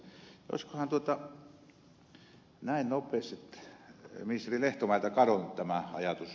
olisikohan näin nopeasti ministeri lehtomäeltä kadonnut tämä ajatus